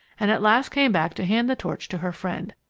and at last came back to hand the torch to her friend.